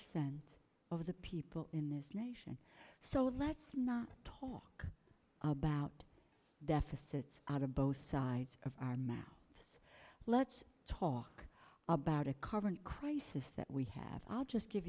percent of the people in this nation so let's not talk about deficits out of both sides of our mouth let's talk about a current crisis that we have i'll just give